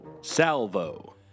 Salvo